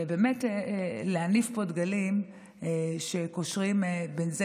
ובאמת להניף פה דגלים שקושרים בין זה